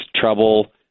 trouble